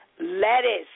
Lettuce